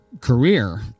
career